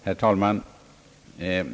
Herr talman!